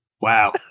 Wow